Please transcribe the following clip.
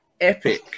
epic